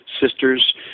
sisters